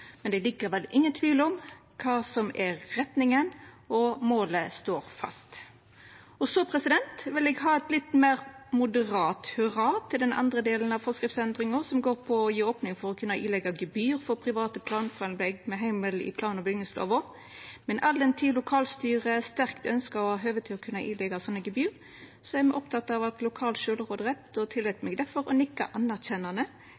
men det er likevel ingen tvil om kva som er retninga, og målet står fast. Så vil eg ha eit litt meir moderat hurra til den andre delen av forskriftsendringa, som går på å opna for å kunna gje gebyr for private planframlegg med heimel i plan- og bygningslova. Men all den tid lokalstyret sterkt ønskjer å ha høve til å kunna gje slike gebyr, og sidan me er opptekne av sjølvråderett, tillèt eg meg difor å nikka anerkjennande til at